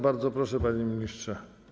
Bardzo proszę, panie ministrze.